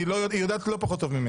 היא יודעת לא פחות טוב.